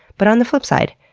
but on the flipside,